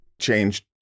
changed